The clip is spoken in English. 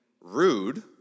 rude